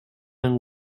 l’un